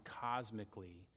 cosmically